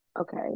okay